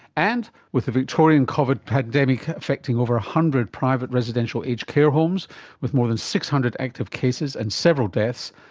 and with the victorian covid pandemic affecting over one hundred private residential aged care homes with more than six hundred active cases and several deaths,